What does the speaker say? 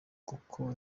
kuko